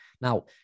Now